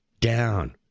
down